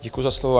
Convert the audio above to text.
Děkuji za slovo.